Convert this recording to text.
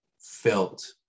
felt